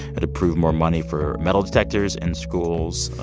it approved more money for metal detectors in schools,